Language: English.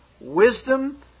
wisdom